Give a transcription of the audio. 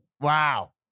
Wow